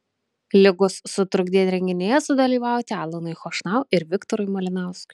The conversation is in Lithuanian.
ligos sutrukdė renginyje sudalyvauti alanui chošnau ir viktorui malinauskui